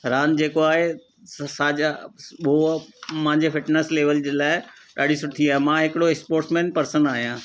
रांदि जेको आहे साजा मुंहिंजे फिटनस लेविल जे लाइ ॾाढी सुठी आहे मां हिकिड़ो स्पोर्ट्समैन पर्सन आहियां